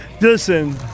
Listen